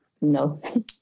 no